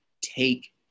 take